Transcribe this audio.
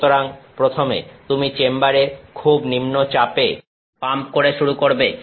সুতরাং প্রথমে তুমি চেম্বারে খুব নিম্নচাপে পাম্প করে শুরু করবে